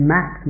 Max